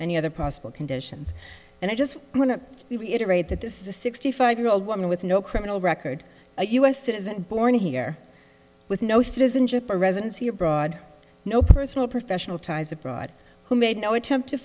any other possible conditions and i just want to reiterate that this is a sixty five year old woman with no criminal record a u s citizen born here with no citizenship or residency abroad no personal professional ties abroad who made no attempt to